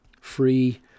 Free